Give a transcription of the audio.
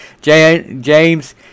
James